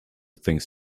things